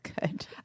good